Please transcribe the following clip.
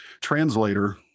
translator